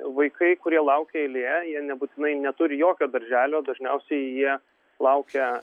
vaikai kurie laukia eilėje jie nebūtinai neturi jokio darželio dažniausiai jie laukia